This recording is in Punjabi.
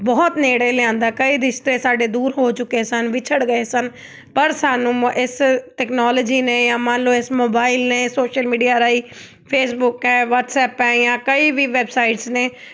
ਬਹੁਤ ਨੇੜੇ ਲਿਆਉਂਦਾ ਕਈ ਰਿਸ਼ਤੇ ਸਾਡੇ ਦੂਰ ਹੋ ਚੁੱਕੇ ਸਨ ਵਿਛੜ ਗਏ ਸਨ ਪਰ ਸਾਨੂੰ ਇਸ ਟੈਕਨੋਲੋਜੀ ਨੇ ਜਾਂ ਮੰਨ ਲਓ ਇਸ ਮੋਬਾਈਲ ਨੇ ਸੋਸ਼ਲ ਮੀਡੀਆ ਰਾਹੀਂ ਫੇਸਬੁੱਕ ਹੈ ਵਾਟਸਐਪ ਹੈ ਜਾਂ ਕਈ ਵੀ ਵੈਬਸਾਈਟਸ ਨੇ